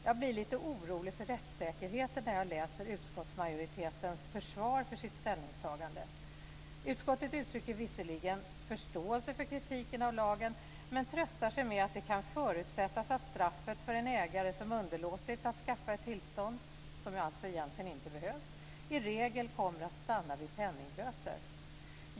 Jag blir lite orolig för rättssäkerheten när jag läser utskottsmajoritetens försvar för sitt ställningstagande. Utskottet uttrycker visserligen förståelse för kritiken av lagen men tröstar sig med att det kan förutsättas att straffet för en ägare som underlåtit att skaffa ett tillstånd, som alltså egentligen inte behövs, i regel kommer att stanna vid penningböter.